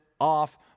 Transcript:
off